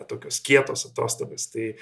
tokios kietos atostogos tai